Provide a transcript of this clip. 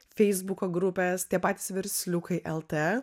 feisbuko grupės tie patys versliukai lt